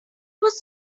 was